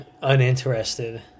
uninterested